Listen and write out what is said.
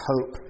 hope